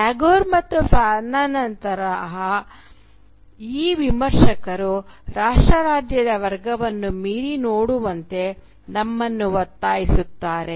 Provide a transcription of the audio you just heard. ಟ್ಯಾಗೋರ್ ಮತ್ತು ಫ್ಯಾನನ್ರಂತಹ ಈ ವಿಮರ್ಶಕರು ರಾಷ್ಟ್ರ ರಾಜ್ಯದ ವರ್ಗವನ್ನು ಮೀರಿ ನೋಡುವಂತೆ ನಮ್ಮನ್ನು ಒತ್ತಾಯಿಸುತ್ತಾರೆ